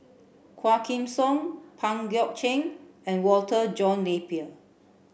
Quah Kim Song Pang Guek Cheng and Walter John Napier